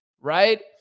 right